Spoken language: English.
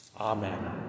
amen